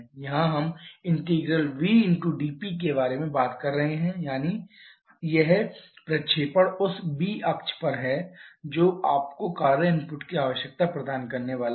यहां हम ∫vdP के बारे में बात कर रहे हैं यानी यह प्रक्षेपण उस v अक्ष पर है जो आपको कार्य इनपुट की आवश्यकता प्रदान करने वाला है